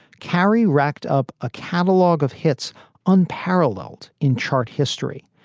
carey racked up a catalogue of hits unparalleled in chart history,